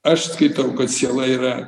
aš skaitau kad siela yra